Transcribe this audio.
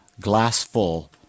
glass-full